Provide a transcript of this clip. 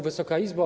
Wysoka Izbo!